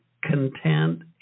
content